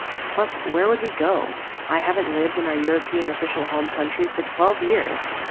plus where would we go. i haven't lived in our european official home country for twelve years.